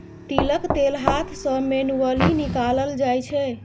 तिलक तेल हाथ सँ मैनुअली निकालल जाइ छै